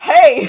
Hey